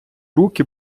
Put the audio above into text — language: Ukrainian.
руки